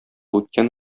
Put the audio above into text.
үткән